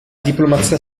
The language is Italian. diplomazia